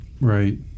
Right